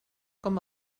com